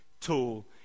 tool